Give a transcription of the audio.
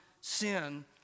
sin